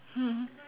mm